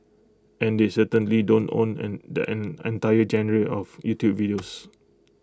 and they certainly don't own an the an entire genre of YouTube videos